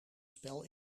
spel